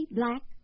black